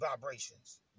vibrations